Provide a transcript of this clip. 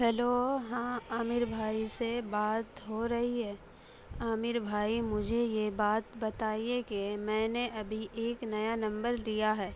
hello ہاں عامر بھائی سے بات ہو رہی ہے عامر بھائی مجھے یہ بات بتائیے کہ میں نے ابھی ایک نیا نمبر لیا ہے